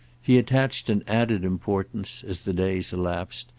he attached an added importance, as the days elapsed,